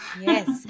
yes